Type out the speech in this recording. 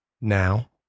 now